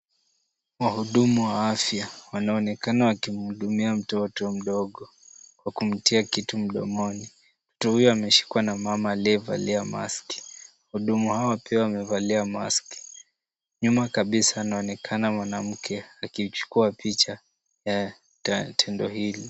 Wahudumu wa afya wanaonekana wakimhudumia mtoto mdogo kwa kumtia kitu mdomoni. Mtoto huyu ameshikwa na mama aliyevalia maski . Wahudumu hawa pia wamevalia maski . Nyuma kabisa anaonekana mwanamke akichukua picha ya tendo hili.